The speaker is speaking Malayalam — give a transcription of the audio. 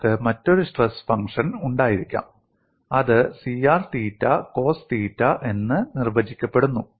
നിങ്ങൾക്ക് മറ്റൊരു സ്ട്രെസ് ഫംഗ്ഷൻ ഉണ്ടായിരിക്കാം അത് C r theta cos theta എന്ന് നിർവചിക്കപ്പെടുന്നു